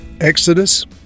Exodus